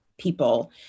people